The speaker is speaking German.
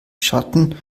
schatten